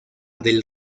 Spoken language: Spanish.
del